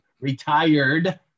retired